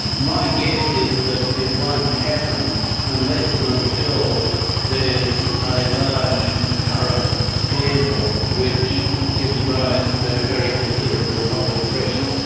my guess is that it won't happen unless and until there is a large current scandal which gives rise to very considerable public pressure.